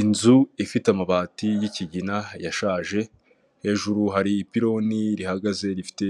Inzu ifite amabati y'ikigina yashaje, hejuru hari ipironi rihagaze rifite